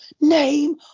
Name